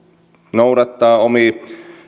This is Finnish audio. noudattavat omia